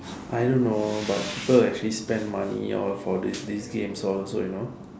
I don't know but people actually spend money all for these these games all you know